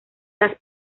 las